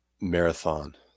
Marathon